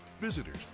visitors